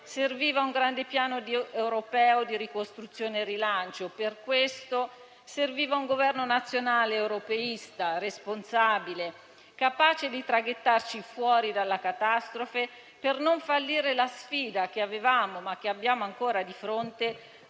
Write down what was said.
serviva un grande piano europeo di ricostruzione e rilancio; per questo serviva un Governo nazionale europeista e responsabile, capace di traghettarci fuori dalla catastrofe per non fallire la sfida che avevamo e abbiamo ancora di fronte,